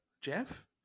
Jeff